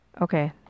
Okay